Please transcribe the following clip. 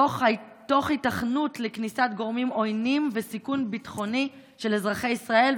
תוך היתכנות לכניסת גורמים עוינים וסיכון ביטחוני של אזרחי ישראל.